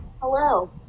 Hello